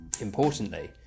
Importantly